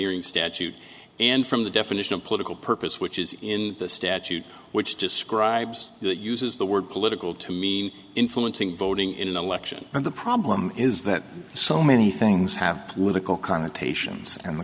electioneering statute and from the definition of political purpose which is in the statute which describes it uses the word political to mean influencing voting in an election and the problem is that so many things have political connotations and the